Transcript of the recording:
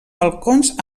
balcons